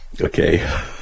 okay